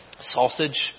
sausage